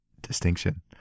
distinction